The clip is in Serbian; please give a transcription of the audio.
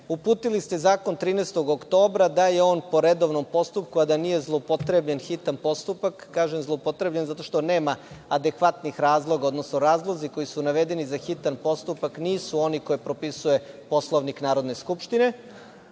Uputili ste zakon 13. oktobra. Da je on po redovnom postupku, a da nije zloupotrebljen hitan postupak, kažem zloupotrebljen zato što nema adekvatnih razloga, odnosno razlozi koji su navedeni za hitan postupak nisu oni koje propisuje Poslovnik Narodne skupštine,